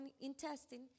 intestine